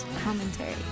Commentary